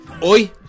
hoy